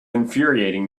infuriating